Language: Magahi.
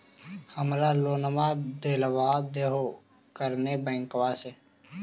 हमरा लोनवा देलवा देहो करने बैंकवा से?